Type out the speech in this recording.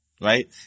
Right